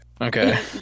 Okay